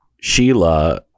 Sheila